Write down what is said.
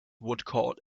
woodcourt